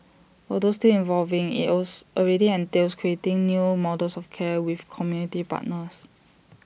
although still evolving else already entails creating new models of care with community partners